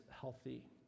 healthy